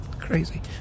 Crazy